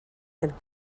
and